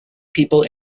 people